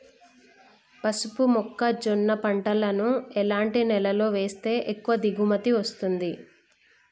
పసుపు మొక్క జొన్న పంటలను ఎలాంటి నేలలో వేస్తే ఎక్కువ దిగుమతి వస్తుంది?